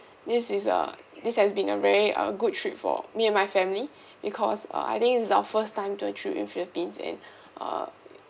this is a this has been a very uh good trip for me and my family because uh I think this is our first time to a trip in philippines and uh